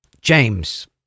james